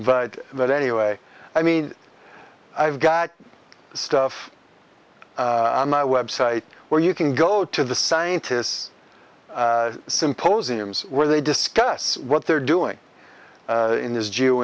but but anyway i mean i've got stuff on my website where you can go to the scientists symposiums where they discuss what they're doing in this jew